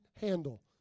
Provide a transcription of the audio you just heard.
handle